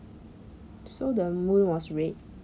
so the moon was red